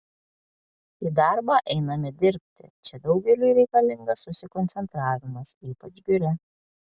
į darbą einame dirbti čia daugeliui reikalingas susikoncentravimas ypač biure